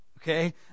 Okay